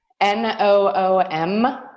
N-O-O-M